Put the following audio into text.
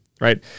right